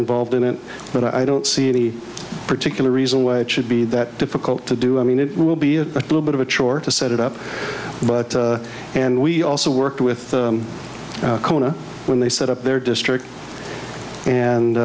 involved in it but i don't see any particular reason why it should be that difficult to do i mean it will be a little bit of a chore to set it up but and we also worked with kona when they set up their district and